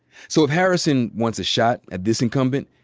so if harrison wants a shot at this incumbent,